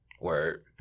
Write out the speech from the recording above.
word